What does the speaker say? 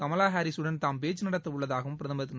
கமலா ஹாரிஸூடன் தாம் பேச்சு நடத்தவுள்ளதாகவும் பிரதமர் திரு